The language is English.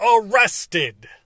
arrested